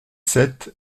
sept